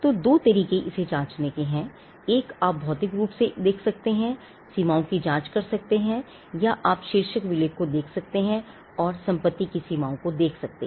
तोदो तरीके इसे जांचने के हैं एक आप भौतिक रूप से देख सकते हैं और सीमाओं की जांच कर सकते हैं या आप शीर्षक विलेख को देख सकते हैं और संपत्ति की सीमाओं को देख सकते हैं